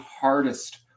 hardest